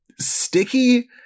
sticky